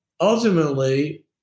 ultimately